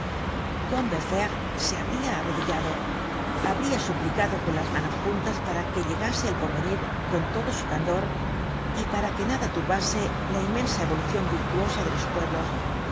combeferre se habria arrodillado habria suplicado con las manos juntas para que llegase el porvenir con todo su candor y para que nada turbase la inmensa evolucion virtuosa de los pueblos es